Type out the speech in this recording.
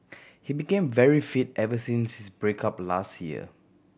he became very fit ever since his break up last year